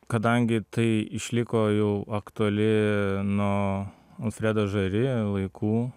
kadangi tai išliko jau aktuali nuo alfredo žari laikų